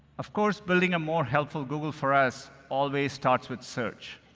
of course, building a more helpful google for us always starts with search